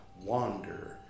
wander